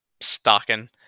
stalking